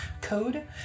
code